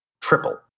triple